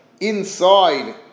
inside